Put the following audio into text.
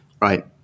Right